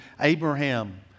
Abraham